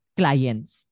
clients